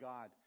God